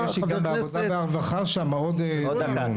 עוד דקה,